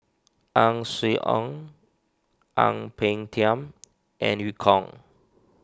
Ang Swee Aun Ang Peng Tiam and Eu Kong